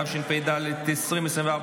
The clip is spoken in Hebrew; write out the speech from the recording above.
התשפ"ד,2024,